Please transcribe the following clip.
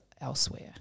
elsewhere